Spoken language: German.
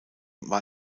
war